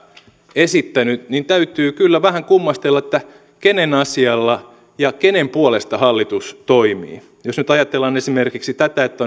esittänyt niin täytyy kyllä vähän kummastella kenen asialla ja kenen puolesta hallitus toimii jos nyt ajatellaan esimerkiksi tätä että